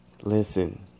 listen